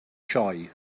sioe